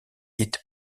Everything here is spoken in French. hit